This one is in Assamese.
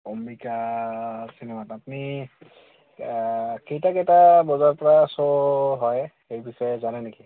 অম্বিকা চিনেমাত আপুনি কেইটা কেইটা বজাৰপৰা শ্ব' হয় সেই বিষয়ে জানে নেকি